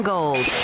Gold